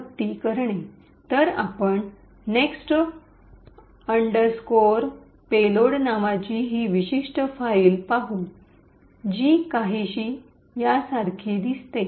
तर आपण next underscore payload नावाची ही विशिष्ट फाईल पाहू या जी काहीशी यासारखे दिसते